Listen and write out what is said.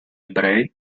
ebrei